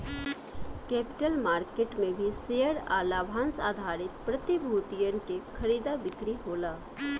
capital market में भी share आ लाभांस आधारित प्रतिभूतियन के खरीदा बिक्री होला